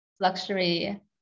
luxury